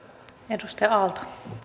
arvoisa puhemies